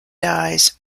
dyes